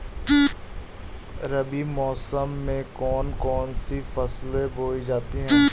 रबी मौसम में कौन कौन सी फसलें बोई जाती हैं?